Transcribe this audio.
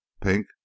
pink